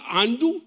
andu